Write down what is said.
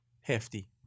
Hefty